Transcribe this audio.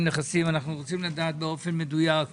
אנחנו רוצים לדעת את שווים באופן מדויק,